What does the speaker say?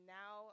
now